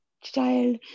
child